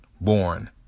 born